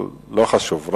לא חשוב.